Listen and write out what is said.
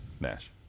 Nash